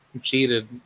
cheated